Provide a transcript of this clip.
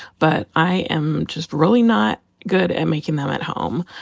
but i am just really not good at making them at home.